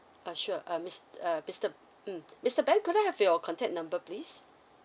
uh sure uh mis~ uh mister mmhmm mister ben could I have your contact number please